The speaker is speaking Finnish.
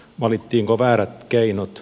valittiinko väärät keinot